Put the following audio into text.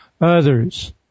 others